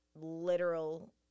literal